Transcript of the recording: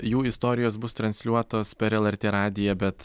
jų istorijos bus transliuotos per lrt radiją bet